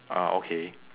ah okay